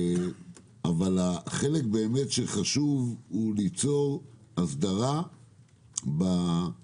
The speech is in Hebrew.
החלק שחשוב באמת הוא ליצור הסדרה בפתרון